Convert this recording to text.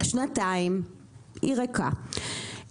שנתיים היא ריקה.